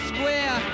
Square